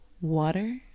water